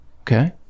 Okay